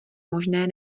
možné